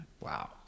Wow